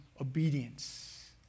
obedience